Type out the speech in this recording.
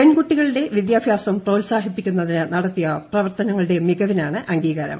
പെൺകുട്ടികളുടെ വിദ്യാഭ്യാസം പ്രോത്സാഹിപ്പിക്കുന്നതിന് നടത്തിയ പ്രവർത്തനങ്ങളുടെ മികവിനാണ് അംഗീകാരം